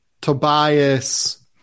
Tobias